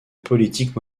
politique